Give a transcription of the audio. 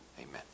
amen